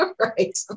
right